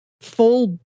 full